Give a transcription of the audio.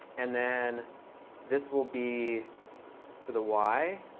and then this will be for the y.